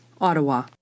Ottawa